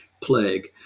plague